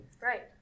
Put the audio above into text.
Right